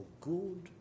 good